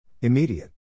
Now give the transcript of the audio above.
Immediate